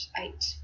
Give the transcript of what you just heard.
eight